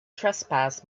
trespass